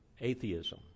atheism